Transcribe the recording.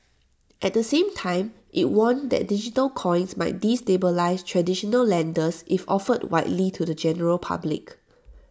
at the same time IT warned that digital coins might destabilise traditional lenders if offered widely to the general public